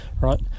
right